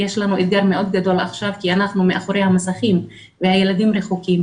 יש לנו אתגר מאוד גדול עכשיו כי אנחנו מאחרי המסכים והילדים רחוקים,